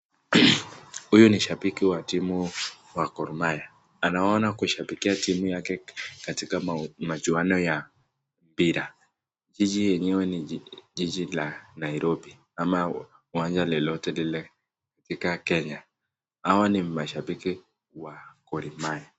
Huyu ni shabiki wa timu wa Gormahia anaona kushabikia timu yake katika machuano ya mpira, jiji lenyewe ni jiji la nairobi ama uwanja lolote lile katika Kenya. Hawa ni mashabiki wa Gormahia